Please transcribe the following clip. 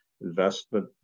investment